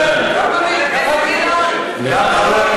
אילן, אילן, גם אני.